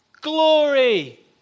Glory